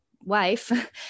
wife